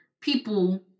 people